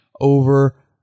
over